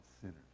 sinners